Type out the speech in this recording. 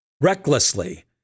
Recklessly